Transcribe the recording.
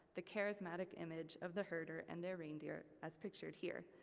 the charismatic image of the herder and their reindeer, as pictured here.